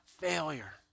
failure